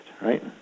right